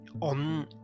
on